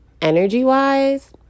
energy-wise